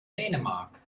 dänemark